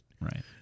Right